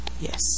yes